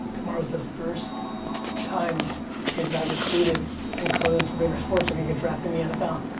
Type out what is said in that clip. tomorrow's the first time kids i recruited and closed vaynersports are gonna get drafted in the nfl.